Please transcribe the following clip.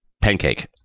pancake